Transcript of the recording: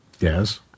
yes